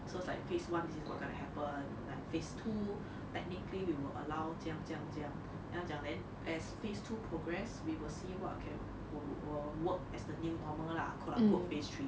so it's like phase one this is what is going to happen like phase two technically we will allow 这样这样这样 then 要怎么样 then as phase two progress we will see what can we will work as the new normal lah quote unquote phase three